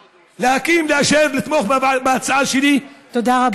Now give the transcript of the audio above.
להקים, לאשר, לתמוך בהצעה שלי, תודה רבה.